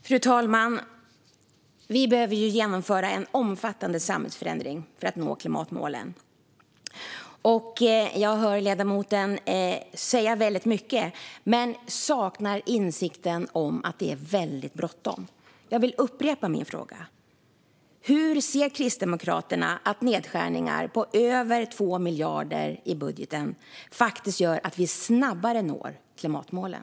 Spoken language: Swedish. Fru talman! Vi behöver genomföra en omfattande samhällsförändring för att nå klimatmålen. Jag hör ledamoten säga väldigt mycket, men han saknar insikten om att det är väldigt bråttom. Jag vill upprepa min fråga: Hur tror Kristdemokraterna att nedskärningar på över 2 miljarder i budgeten gör att vi snabbare når klimatmålen?